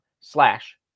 slash